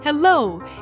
Hello